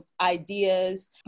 ideas